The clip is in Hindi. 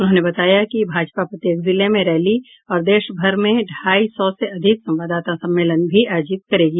उन्होंने बताया कि भाजपा प्रत्येक जिले में रैली और देश भर में ढाई सौ से अधिक संवाददाता सम्मेलन भी आयोजित करेगी